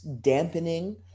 dampening